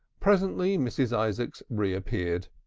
presently mrs. isaacs reappeared.